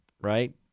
right